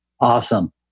Awesome